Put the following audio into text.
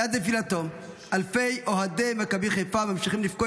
מאז נפילתו אלפי אוהדי מכבי חיפה ממשיכים לפקוד